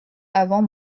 avant